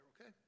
okay